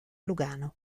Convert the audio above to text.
lugano